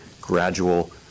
gradual